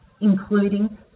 including